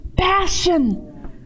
passion